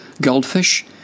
goldfish